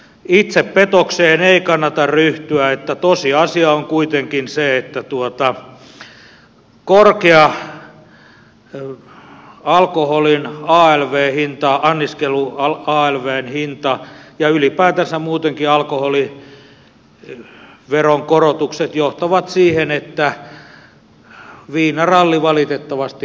itsepetokseen ei kannata ryhtyä sillä tosiasia on kuitenkin se että korkea alkoholin alv hinta anniskelun alv hinta ja ylipäätänsä muutenkin alkoholiveron korotukset johtavat siihen että viinaralli valitettavasti kiihtyy